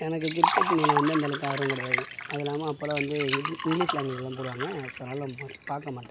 எனக்கு கிரிக்கெட் மேல் வந்து அந்த அளவுக்கு ஆர்வம் கிடையாது அதுவுல்லாமல் அப்போலாம் வந்து இங்கிலீஷ் லாங்குவேஜில் தான் போடுவாங்க ஸோ அதனால் நான் மோஸ்ட்லி பார்க்க மாட்டேன்